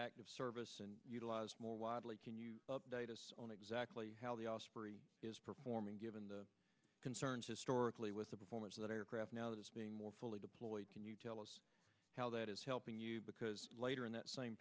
into service and utilized more widely can you update us on exactly how the osprey is performing given the concerns historically with the performance that aircraft now that is being more fully deployed can you tell us how that is helping you because later in that same